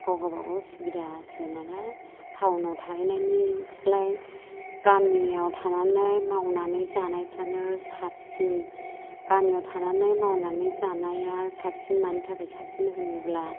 गाव गावबागाव सुबिदासो नालाय टाउनआव थाहैनायनिस्लाय गामियाव थानानै मावनानै जानायफोरानो साबसिन गामियाव थानानै मावनानै जानाया साबसिन मानि थाखाय साबसिन होनोब्ला